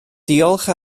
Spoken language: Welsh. diolch